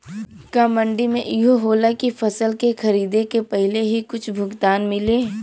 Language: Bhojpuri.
का मंडी में इहो होला की फसल के खरीदे के पहिले ही कुछ भुगतान मिले?